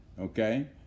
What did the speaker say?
okay